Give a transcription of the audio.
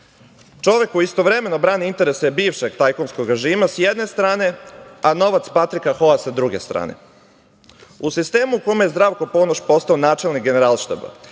koji istovremeno brani interese bivšeg tajkunskog režima, s jedne strane, a novac Patrika Hoa, sa druge strane.U sistemu u kome je Zdravko Ponoš postao načelnik Generalštaba